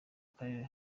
karere